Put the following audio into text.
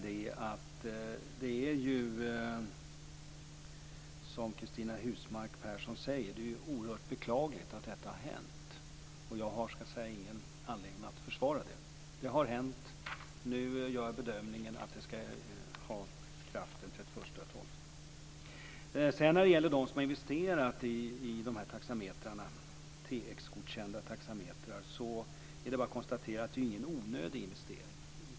Det är ju, som Cristina Husmark Pehrsson säger, oerhört beklagligt att detta har hänt. Jag har ingen anledning att försvara det. Det har hänt, och jag gör nu bedömningen att detta skall träda i kraft den Det är bara att konstatera att de som har investerat i TX-godkända taxametrar inte har gjort någon onödig investering.